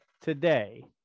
today